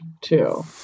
two